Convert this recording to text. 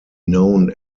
known